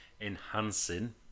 enhancing